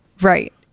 Right